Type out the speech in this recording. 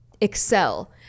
excel